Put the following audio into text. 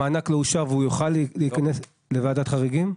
המענק לא אושר והוא יוכל להיכנס לוועדת חריגים?